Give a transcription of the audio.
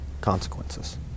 consequences